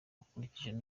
akurikije